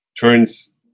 turns